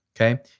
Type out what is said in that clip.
okay